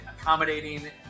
accommodating